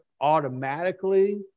automatically